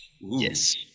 Yes